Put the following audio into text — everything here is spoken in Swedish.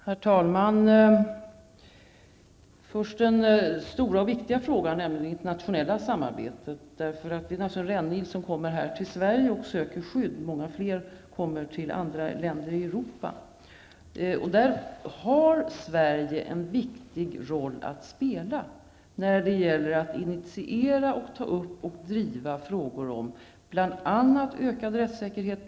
Herr talman! Först till den stora och viktiga frågan, nämligen det internationella samarbetet. Det är naturligtvis bara en rännil som kommer hit till Sverige och söker skydd. Många fler kommer till andra länder i Europa. Där har Sverige en viktig roll att spela när det gäller att initiera, ta upp och driva frågor om bl.a. ökad rättssäkerhet.